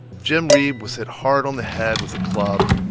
jim reeb was hit hard on the head with a club.